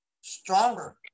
stronger